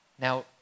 Now